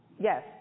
yes